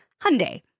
Hyundai